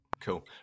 Cool